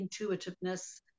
intuitiveness